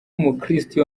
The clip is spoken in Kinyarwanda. umukiristo